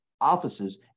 offices